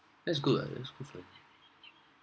that's good lah that's good for clive